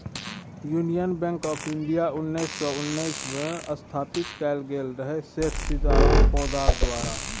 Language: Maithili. युनियन बैंक आँफ इंडिया उन्नैस सय उन्नैसमे स्थापित कएल गेल रहय सेठ सीताराम पोद्दार द्वारा